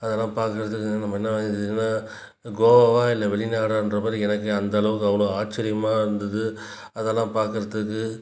அதெல்லாம் பார்க்கறதுக்கு நம்ம என்ன என்ன கோவா இல்லை வெளிநாடான்றமாதிரி எனக்கே அந்தளவுக்கு அவ்வளோ ஆச்சிரியமாக இருந்துது அதெல்லாம் பார்க்கறதுக்கு